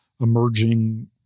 emerging